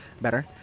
better